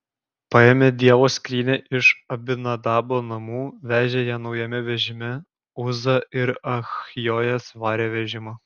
paėmę dievo skrynią iš abinadabo namų vežė ją naujame vežime uza ir achjojas varė vežimą